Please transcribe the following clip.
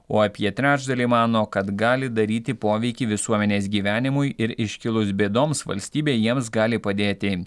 o apie trečdalį mano kad gali daryti poveikį visuomenės gyvenimui ir iškilus bėdoms valstybė jiems gali padėti